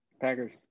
Packers